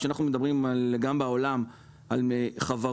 כאשר אנחנו מדברים גם בעולם על חברות